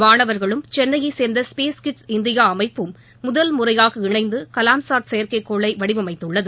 மாணவர்களும் சென்னையை சேர்ந்த ஸ்பேஸ் கிட்ஸ் இந்தியா அமைப்பும் முதல் முறையாக இணைந்து கலாம்சாட் செயற்கைகோளை வடிவமைத்துள்ளது